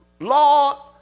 Law